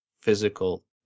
physical